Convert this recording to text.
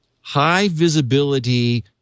high-visibility